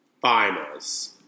finals